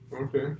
Okay